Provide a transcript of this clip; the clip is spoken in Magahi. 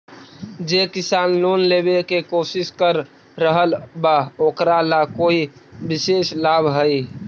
जे किसान लोन लेवे के कोशिश कर रहल बा ओकरा ला कोई विशेष लाभ हई?